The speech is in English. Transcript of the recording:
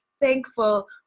thankful